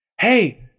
hey